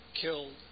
killed